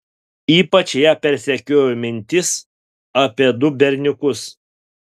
ypač ją persekiojo mintys apie du berniukus